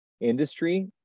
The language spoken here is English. industry